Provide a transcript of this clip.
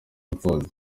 impfubyi